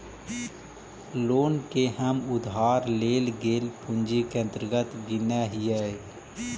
loan के हम उधार लेल गेल पूंजी के अंतर्गत गिनऽ हियई